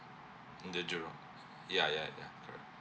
mm the jurong ya ya ya correct